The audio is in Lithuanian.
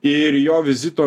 ir jo vizito